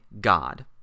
God